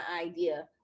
idea